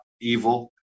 evil